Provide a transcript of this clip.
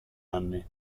anni